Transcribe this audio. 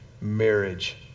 marriage